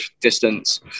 distance